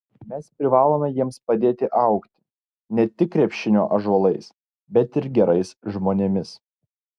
mes privalome jiems padėti augti ne tik krepšinio ąžuolais bet ir gerais žmonėmis